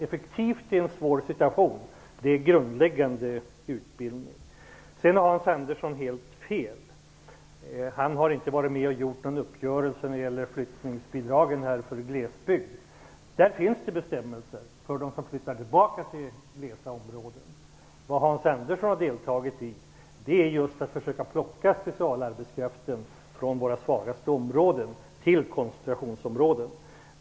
Effektivitet i en svår situation är att ha grundläggande utbildning. Hans Andersson har helt fel på en annan punkt. Han har nämligen inte varit med om att träffa en uppgörelse om flyttbidragen för glesbygd. Det finns bestämmelser för dem som flyttar tillbaka till glesbygdsområden. Vad Hans Andersson deltagit i är just arbetet med att försöka plocka specialarbetskraften från våra svagaste områden och överföra den till koncentrationsområden.